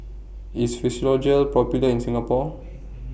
IS Physiogel Popular in Singapore